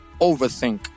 overthink